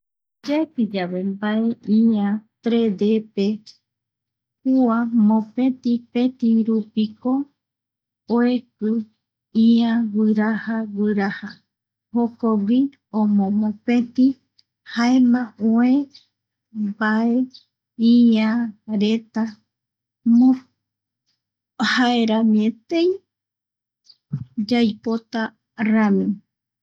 Yaeki yave mbae ïa tredpe kua mopeti peti rupi oeki ia guiaraja guiraja jokogui omo mopeti jaema oe mbae iareta jaerami etei yaipo tarami.